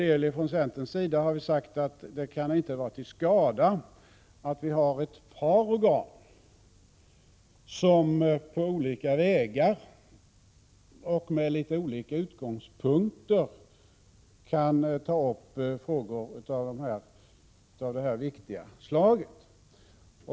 Enligt centerns mening kan det inte vara till skada att ha ett par organ som på olika vägar och från olika utgångspunkter kan ta upp frågor av detta viktiga slag.